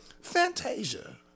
Fantasia